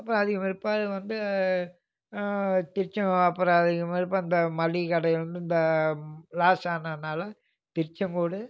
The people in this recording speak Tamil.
அப்றம் அதுக்கு பிற்பாடு வந்து திருச்செங்கோடு அப்புறம் அதுக்கும் பிற்பாடு அந்த மளிகை கடையிலேருந்து அந்த லாஸ் ஆனதினால திருச்செங்கோடு